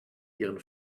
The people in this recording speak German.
ihren